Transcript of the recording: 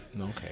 Okay